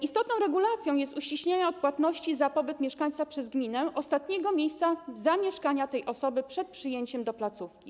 Istotną regulacją jest uściślenie w zakresie odpłatności za pobyt mieszkańca przez gminę ostatniego miejsca zamieszkania tej osoby przed przyjęciem do placówki.